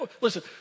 Listen